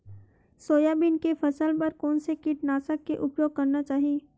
Soybean के फसल बर कोन से कीटनाशक के उपयोग करना चाहि?